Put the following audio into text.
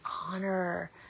honor